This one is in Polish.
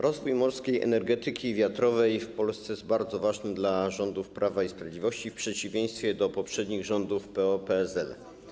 Rozwój morskiej energetyki wiatrowej w Polsce jest bardzo ważny dla rządów Prawa i Sprawiedliwości w przeciwieństwie do poprzednich rządów PO-PSL.